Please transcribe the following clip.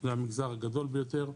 זה המגזר הגדול ביותר,